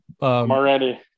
already